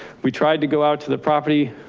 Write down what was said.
we tried to go out to the property.